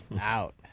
Out